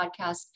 podcast